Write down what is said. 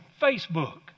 Facebook